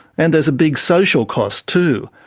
and there's a big social cost too.